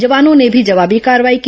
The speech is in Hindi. जवानों ने भी जवाबी कार्रवाई की